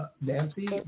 Nancy